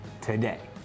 today